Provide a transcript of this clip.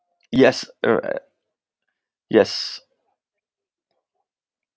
yes uh yes